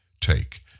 take